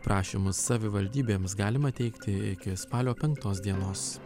prašymus savivaldybėms galima teikti iki spalio penktos dienos